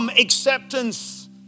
acceptance